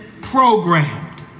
Programmed